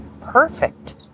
perfect